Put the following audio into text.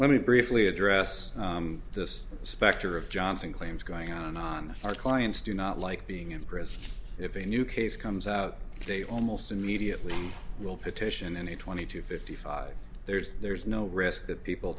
let me briefly address this specter of johnson claims going on and on our clients do not like being in prison if a new case comes out they almost immediately petition any twenty to fifty five there's there's no risk that people